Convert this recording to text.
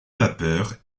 vapeur